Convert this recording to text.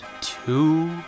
two